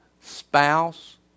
spouse